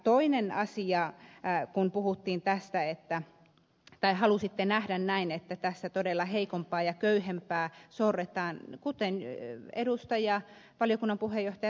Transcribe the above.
toinen asia kun halusitte nähdä näin että tässä todella heikompaa ja köyhempää sorretaan kuten valiokunnan puheenjohtaja ed